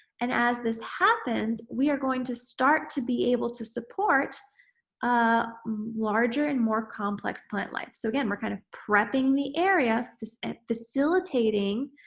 and as this happens, we are going to start to be able to support a larger and more complex plant life. so again, we're kind of prepping the area just facilitating